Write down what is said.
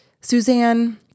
Suzanne